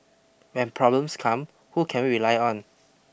when problems come who can we rely on